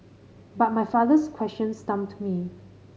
but my father's question stumped me